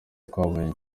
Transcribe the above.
twabonye